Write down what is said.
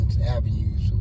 avenues